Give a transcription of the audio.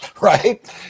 right